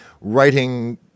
writing